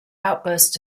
outburst